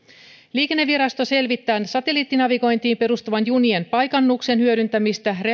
liikennevirasto selvittää satelliittinavigointiin perustuvan junien paikannuksen hyödyntämistä